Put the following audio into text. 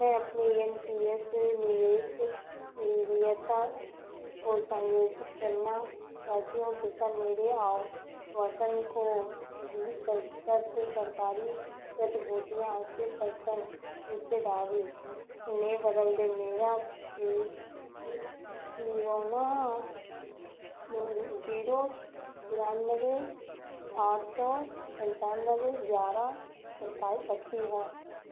मैं अपनी N P S निवेश वरीयता को समायोजित करना चाहता हूँ कृपया मेरे आवंटन को बीस प्रतिशत सरकारी प्रतिभूतियाँ अस्सी प्रतिशत हिस्सेदारी में बदल दें मेरा P R A N zero तिरानबे आठ सौ पंचानबे ग्यारह सत्ताईस अस्सी है है